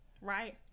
right